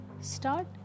start